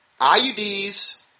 IUDs